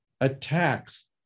attacks